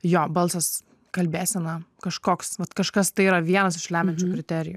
jo balsas kalbėsena kažkoks vat kažkas tai yra vienas iš lemiančių kriterijų